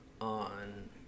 on